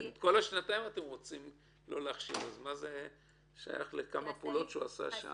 כל השנתיים אתם לא רוצים להחשיב אז מה זה שייך לכמה פעולות שהוא עשה שם?